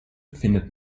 findet